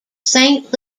saint